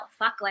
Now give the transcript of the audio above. fuckless